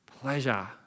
pleasure